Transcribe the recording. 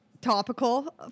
topical